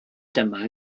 yma